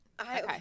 Okay